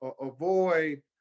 avoid